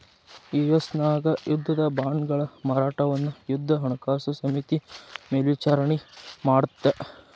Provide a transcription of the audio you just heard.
US ನ್ಯಾಗ ಯುದ್ಧದ ಬಾಂಡ್ಗಳ ಮಾರಾಟವನ್ನ ಯುದ್ಧ ಹಣಕಾಸು ಸಮಿತಿ ಮೇಲ್ವಿಚಾರಣಿ ಮಾಡತ್ತ